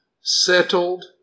settled